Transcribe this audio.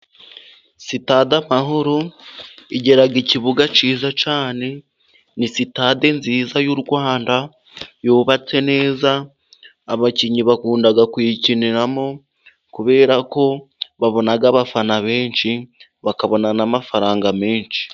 Sitade amahoro igira ikibuga cyiza cyane. Ni sitade nziza y'u Rwanda yubatse neza. Abakinnyi bakunda kuyikiniramo kubera ko babona abafana benshi, bakabona n'amafaranga menshi.